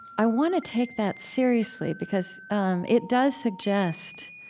i want to take that seriously because um it does suggest